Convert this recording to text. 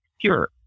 pure